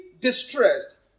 distressed